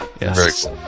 yes